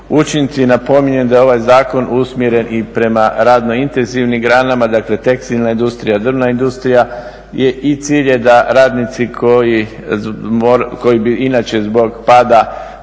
učinci. Napominjem da je ovaj zakon usmjeren i prema intenzivnim granama, dakle tekstilna industrija, drvna industrija i cilj je da radnici koji bi inače zbog pada